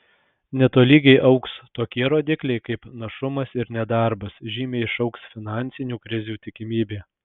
netolygiai augs tokie rodikliai kaip našumas ir nedarbas žymiai išaugs finansinių krizių tikimybė